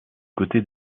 côté